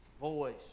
voice